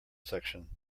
section